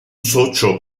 socio